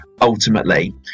ultimately